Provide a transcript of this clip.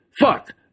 fuck